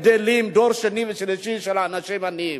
גדלים דור שני ושלישי של אנשים עניים.